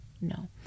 No